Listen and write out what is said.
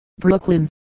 Brooklyn